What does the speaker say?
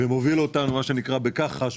ומוביל אותנו מה שנקרא בכחש,